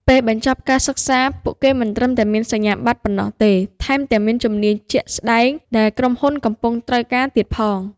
ពេលបញ្ចប់ការសិក្សា ពួកគេមិនត្រឹមតែមានសញ្ញាបត្រប៉ុណ្ណោះទេ ថែមទាំងមានជំនាញជាក់ស្តែងដែលក្រុមហ៊ុនកំពុងត្រូវការទៀតផង។